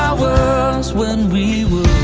was when we were